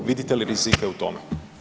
Vidite li rizike u tome?